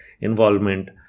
involvement